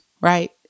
right